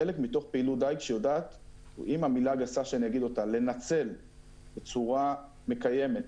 חלק מתוך פעילות דייג שיודעת לנצל בצורה מקיימת,